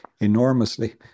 enormously